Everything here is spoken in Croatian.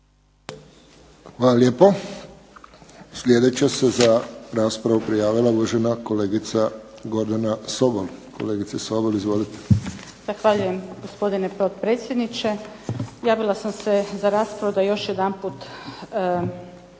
Hvala lijepo. Sljedeća se za raspravu prijavila uvažena kolegica Gordana Sobol. Kolegice Sobol, izvolite. **Sobol, Gordana (SDP)** Zahvaljujem gospodine potpredsjedniče. Javila sam se za raspravu da još jedanput naglasim